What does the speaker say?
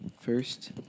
first